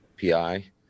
pi